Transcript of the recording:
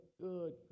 good